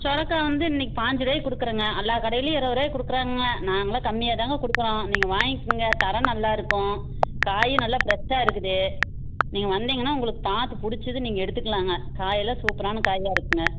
சொரக்காய் வந்து இன்னக்கு பாஞ்சிரூவாக்கி கொடுக்குறோங்க அல்லா கடைலையும் இருபருவாக்கி கொடுக்குறாங்க நாங்களும் கம்மியாக தாங்க கொடுக்குறோம் நீங்கள் வாங்கிக்கிங்க தரம் நல்லாருக்கும் காய் நல்லா ஃப்ரெஷ்ஷாக இருக்குது நீங்கள் வந்தீங்கன்னா உங்களுக்கு பார்த்து பிடிச்சிது நீங்கள் எடுத்துக்கலாங்க காயெல்லாம் சூப்பரான காயாக இருக்குங்க